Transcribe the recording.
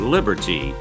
Liberty